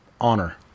honor